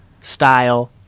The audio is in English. style